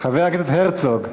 חבר הכנסת כבל.